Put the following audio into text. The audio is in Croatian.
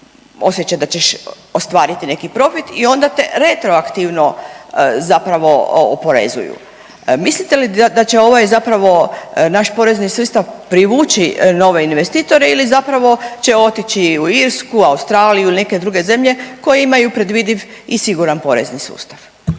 osjećaj da ćeš ostvariti neki profit i onda te retroaktivno zapravo oporezuju. Mislite li da će ovaj zapravo naš porezni sustav privući nove investitore ili zapravo će otići u Irsku, Australiju ili neke druge zemlje koje imaju predvidiv i siguran porezni sustav?